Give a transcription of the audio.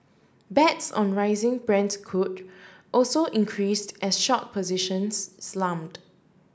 bets on rising Brent crude also increased as short positions slumped